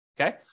Okay